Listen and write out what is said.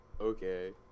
okay